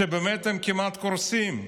שהם באמת כמעט קורסים.